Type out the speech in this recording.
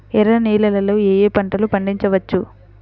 ఎర్ర నేలలలో ఏయే పంటలు పండించవచ్చు?